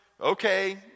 okay